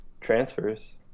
transfers